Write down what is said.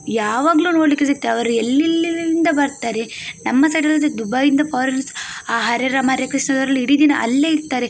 ಯಾವಾಗಲೂ ನೋಡಲಿಕ್ಕೆ ಸಿಗ್ತಾರೆ ಅವರು ಎಲ್ಲೆಲ್ಲಿನಿಂದ ಬರ್ತಾರೆ ನಮ್ಮ ಸೈಡಲ್ಲಂತೂ ದುಬೈಯಿಂದ ಫಾರಿನರ್ಸ್ ಆ ಹರೇ ರಾಮ ಹರೇ ಕೃಷ್ಣದವರೆಲ್ಲ ಇಡೀ ದಿನ ಅಲ್ಲೇ ಇರ್ತಾರೆ